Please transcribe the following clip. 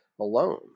alone